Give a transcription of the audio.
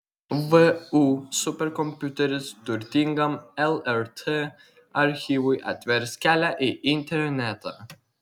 vu superkompiuteris turtingam lrt archyvui atvers kelią į internetą